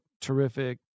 terrific